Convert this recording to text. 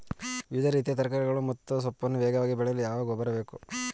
ವಿವಿಧ ರೀತಿಯ ತರಕಾರಿಗಳು ಮತ್ತು ಸೊಪ್ಪನ್ನು ವೇಗವಾಗಿ ಬೆಳೆಯಲು ಯಾವ ಗೊಬ್ಬರ ಬೇಕು?